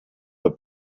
have